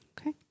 Okay